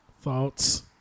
Thoughts